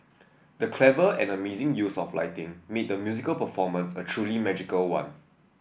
the clever and amazing use of lighting made the musical performance a truly magical one